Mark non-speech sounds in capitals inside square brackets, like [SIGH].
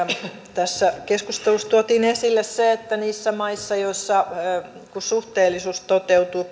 tässä keskustelussa tuotiin esille se että niissä maissa joissa suhteellisuus toteutuu [UNINTELLIGIBLE]